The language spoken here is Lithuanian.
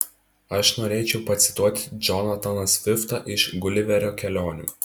aš norėčiau pacituoti džonataną sviftą iš guliverio kelionių